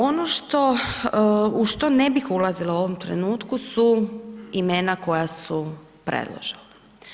Ono što, u što ne bih ulazila u ovom trenutku su imena koja su predložena.